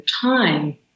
time